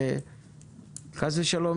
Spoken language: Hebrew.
שחס ושלום,